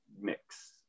mix